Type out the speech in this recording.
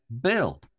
bill